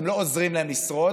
אתם לא עוזרים להם לשרוד.